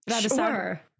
Sure